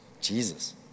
Jesus